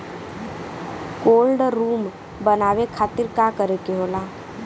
Cold room बनावे खातिर का करे के होला?